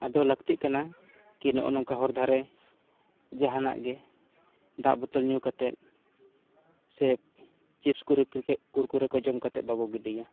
ᱟᱫᱚ ᱞᱟᱹᱠᱛᱤᱜ ᱠᱟᱱᱟ ᱠᱤ ᱱᱚᱜᱼᱚ ᱱᱚᱝᱠᱟ ᱦᱚᱨ ᱫᱷᱟᱨᱮ ᱡᱟᱦᱟᱱᱟᱜ ᱜᱮ ᱫᱟᱜ ᱵᱳᱛᱚᱞ ᱧᱩ ᱠᱟᱛᱮᱫ ᱥᱮ ᱪᱤᱯᱥ ᱠᱚ ᱠᱩᱨᱠᱩᱨᱮ ᱠᱚ ᱡᱚᱢ ᱠᱟᱛᱮᱫ ᱵᱟᱵᱚ ᱜᱤᱰᱤᱭᱟ